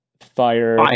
Fire